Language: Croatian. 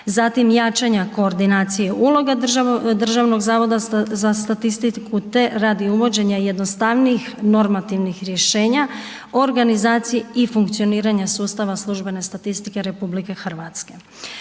zatim jačanja koordinacije uloge Državnog zavoda za statistiku, te radi uvođenja jednostavnijih normativnih rješenja, organizaciji i funkcioniranja sustava službene statistike RH.